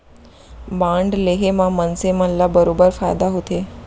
bond लेहे म मनसे मन ल बरोबर फायदा होथे